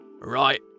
Right